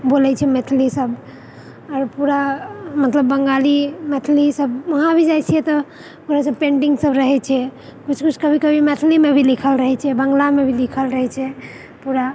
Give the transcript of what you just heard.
बोलय छै मैथिली सब आओर मतलब पूरा बंगाली सब ऊहां भी जाइ छिऐ तब ओकरा सब पेंटिङ्ग सब रहय छै कभी कभी किछु मैथिलीमे भी लिखल रहए छै बाङ्गलामे भी लिखल रहए छै पूरा